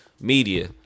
media